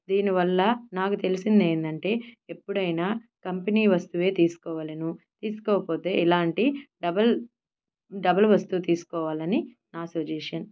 దీనివల్ల నాకు తెలిసింది ఏందంటే ఎప్పుడైన కంపెనీ వస్తువే తీసుకోవలెను తీసుకోకపోతే ఇలాంటి డబల్ డబల్ వస్తువు తీసుకోవాలని నా సుజెషన్